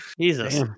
Jesus